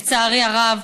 לצערי הרב,